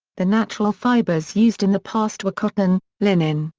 the natural fibers used in the past were cotton, linen,